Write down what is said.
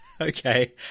Okay